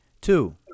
Two